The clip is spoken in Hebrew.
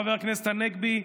חבר הכנסת הנגבי,